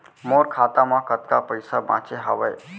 मोर खाता मा कतका पइसा बांचे हवय?